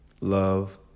love